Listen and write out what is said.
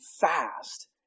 fast